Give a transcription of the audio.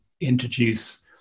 introduce